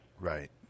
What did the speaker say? Right